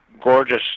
Gorgeous